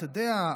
אתה יודע,